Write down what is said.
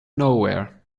nowhere